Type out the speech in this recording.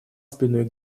спиной